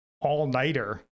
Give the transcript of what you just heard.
all-nighter